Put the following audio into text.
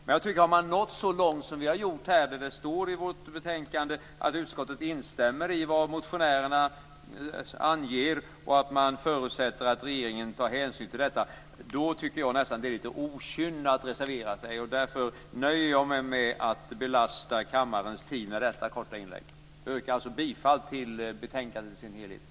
Men har man nått så långt som vi har gjort och det står i betänkandet att utskottet instämmer i vad motionärerna anför och förutsätter att regeringen tar hänsyn till det, är det nästan litet av okynne att reservera sig. Därför nöjer jag mig med att belasta kammaren med detta korta inlägg. Jag yrkar alltså bifall till betänkandet i dess helhet.